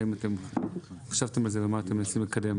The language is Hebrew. האם אתם חשבתם על זה, ומה אתם מנסים לקדם?